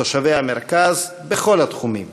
לתושבי המרכז, בכל התחומים.